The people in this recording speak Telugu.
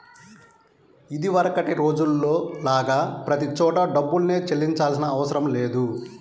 ఇదివరకటి రోజుల్లో లాగా ప్రతి చోటా డబ్బుల్నే చెల్లించాల్సిన అవసరం లేదు